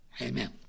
Amen